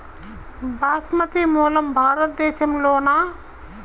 బాస్మతి మూలం భారతదేశంలోనా?